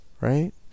Right